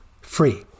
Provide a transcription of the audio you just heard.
Free